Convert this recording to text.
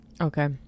Okay